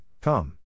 Come